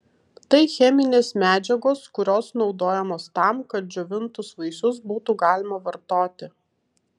tai cheminės medžiagos kurios naudojamos tam kad džiovintus vaisius būtų galima vartoti